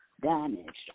damaged